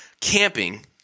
camping